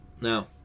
Now